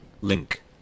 Link